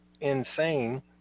insane